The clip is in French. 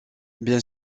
bien